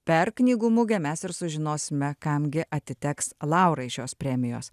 per knygų mugę mes ir sužinosime kam gi atiteks laurai šios premijos